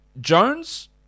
Jones